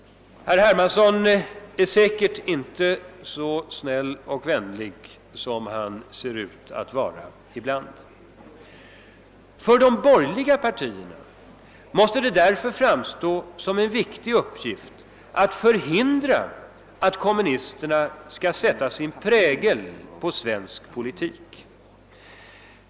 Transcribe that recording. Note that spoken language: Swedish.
Herr Hermansson är säkert inte så snäll och vänlig som han ibland ser ut att vara. För de borgerliga partierna måste det därför framstå som en viktig uppgift att hindra att kommunisterna skall sätta sin prägel på svensk politik.